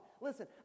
listen